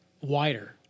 wider